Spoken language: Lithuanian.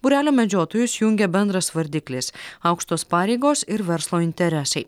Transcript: būrelio medžiotojus jungia bendras vardiklis aukštos pareigos ir verslo interesai